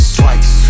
twice